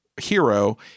hero